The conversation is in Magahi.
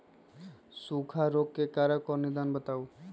सूखा रोग के कारण और निदान बताऊ?